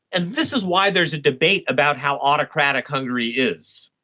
and this is why there is a debate about how autocratic hungary is,